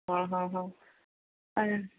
ആ ഹ ഹ ആ